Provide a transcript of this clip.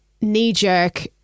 knee-jerk